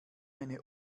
eine